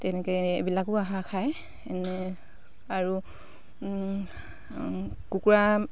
তেনেকে এইবিলাকো আহাৰ খায় এনে আৰু কুকুৰা